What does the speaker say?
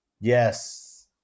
Yes